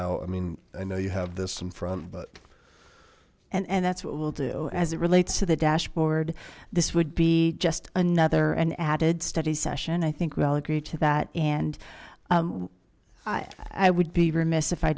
out i know you have this some fun but and and that's what we'll do as it relates to the dashboard this would be just another an added study session i think we all agree to that and i would be remiss if i